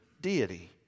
deity